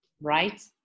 right